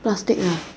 plastic ah